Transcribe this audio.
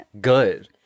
good